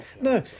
No